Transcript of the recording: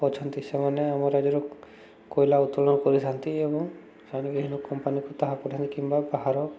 ଅଛନ୍ତି ସେମାନେ ଆମ ରାଜ୍ୟର କୋଇଲା ଉତ୍ତୋଳନ କରିଥାନ୍ତି ଏବଂ ସେମାନେ ବିଭିନ୍ନ କମ୍ପାନୀକୁ ତାହା ପଠାନ୍ତି କିମ୍ବା ବାହାର